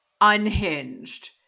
unhinged